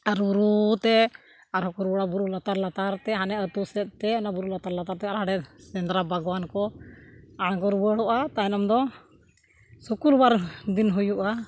ᱟᱨ ᱨᱩ ᱨᱩᱛᱮ ᱟᱨᱦᱚᱸᱠᱚ ᱨᱩᱣᱟᱹ ᱵᱩᱨᱩ ᱞᱟᱛᱟᱨ ᱞᱟᱛᱟᱨᱛᱮ ᱦᱟᱱᱮ ᱟᱹᱛᱩ ᱥᱮᱫᱛᱮ ᱚᱱᱟ ᱵᱩᱨᱩ ᱞᱟᱛᱟᱨ ᱞᱟᱛᱟᱨᱛᱮ ᱚᱸᱰᱮ ᱥᱮᱸᱫᱽᱨᱟ ᱵᱟᱜᱣᱟᱱ ᱠᱚ ᱟᱲᱜᱳ ᱨᱩᱣᱟᱹᱲᱚᱜᱼᱟ ᱛᱟᱭᱱᱚᱢ ᱫᱚ ᱥᱩᱠᱨᱚᱵᱟᱨ ᱫᱤᱱ ᱦᱩᱭᱩᱜᱼᱟ